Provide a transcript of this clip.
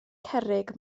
cerrig